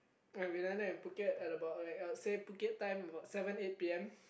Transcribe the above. and we landed in Phuket at about like I would say Phuket time seven eight P_M